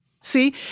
See